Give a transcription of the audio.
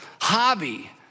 hobby